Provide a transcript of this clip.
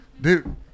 dude